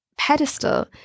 Pedestal